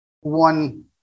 one